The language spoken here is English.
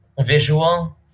visual